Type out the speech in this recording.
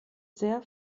sehr